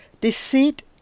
deceit